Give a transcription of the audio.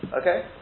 okay